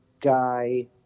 guy